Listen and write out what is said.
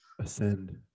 ascend